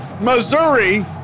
Missouri